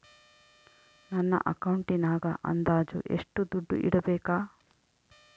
ನನ್ನ ಅಕೌಂಟಿನಾಗ ಅಂದಾಜು ಎಷ್ಟು ದುಡ್ಡು ಇಡಬೇಕಾ?